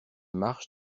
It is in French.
marches